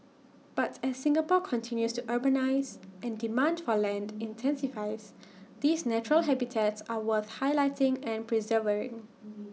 but as Singapore continues to urbanise and demand for land intensifies these natural habitats are worth highlighting and preserving